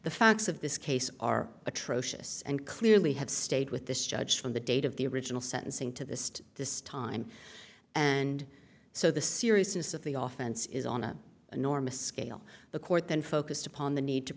the facts of this case are atrocious and clearly have stayed with this judge from the date of the original sentencing to this to this time and so the seriousness of the often is on a enormous scale the court then focused upon the need to